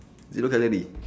zero calorie